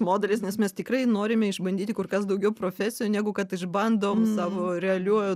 modelis nes mes tikrai norime išbandyti kur kas daugiau profesijų negu kad išbandom savo realiuoju